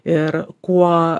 ir kuo